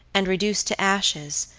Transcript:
and reduced to ashes,